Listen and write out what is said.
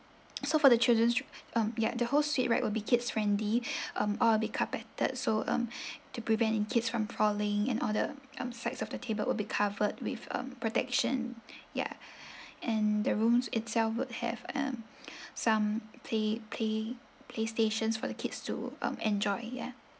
so for the children um ya the whole suite right will be kids friendly um all will be carpeted so um to prevent in kids from falling and all the um sides of the table will be covered with um protection ya and the rooms itself would have um some play play play stations for the kids to um enjoy ya